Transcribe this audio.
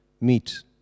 meet